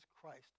Christ